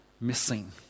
missing